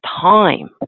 time